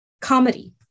comedy